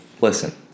Listen